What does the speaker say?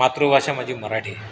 मातृभाषा माझी मराठी